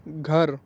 گھر